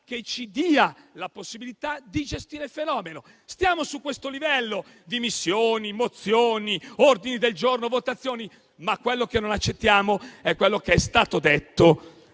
che ci dia la possibilità di gestire il fenomeno. Stiamo su questo livello: dimissioni, mozioni, ordini del giorno, votazioni. Ma non accettiamo ciò che è stato detto